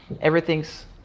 everything's